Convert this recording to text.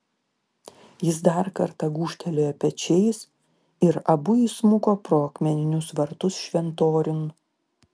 jis dar kartą gūžtelėjo pečiais ir abu įsmuko pro akmeninius vartus šventoriun